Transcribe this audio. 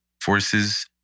forces